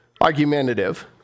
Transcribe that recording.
argumentative